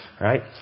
right